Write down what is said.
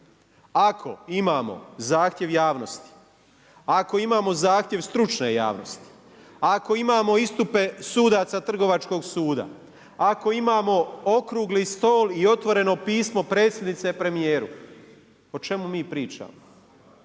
Ako imamo zahtjev javnosti, ako imamo zahtjev stručne javnosti, ako imamo istupe sudaca Trgovačkog suda, ako imamo okrugli stol i otvoreno pismo predsjednice premijeru o čemu mi pričamo?